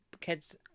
kids